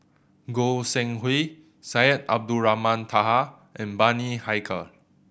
Goi Seng Hui Syed Abdulrahman Taha and Bani Haykal